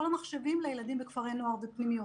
המחשבים לילדים בכפרי נוער ובפנימיות.